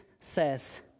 says